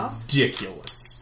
ridiculous